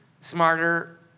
smarter